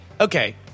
okay